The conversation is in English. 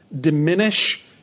diminish